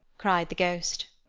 cried the ghost.